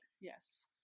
yes